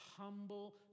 humble